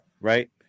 Right